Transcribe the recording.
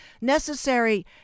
Necessary